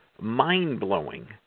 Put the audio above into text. mind-blowing